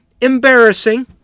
embarrassing